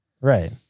Right